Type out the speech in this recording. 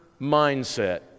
mindset